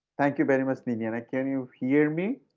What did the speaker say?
thank you very much, mignonette, can you hear me?